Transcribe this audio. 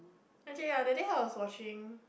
actually ya that day I was watching